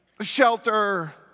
shelter